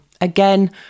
again